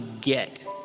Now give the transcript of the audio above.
get